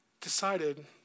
decided